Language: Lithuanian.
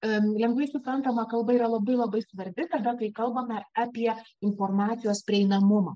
em lengvai suprantama kalba yra labai labai svarbi tada kai kalbame apie informacijos prieinamumą